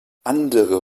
andere